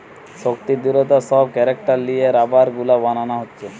শক্তি, দৃঢ়তা সব ক্যারেক্টার লিয়ে রাবার গুলা বানানা হচ্ছে